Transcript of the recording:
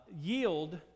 yield